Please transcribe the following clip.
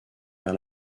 vers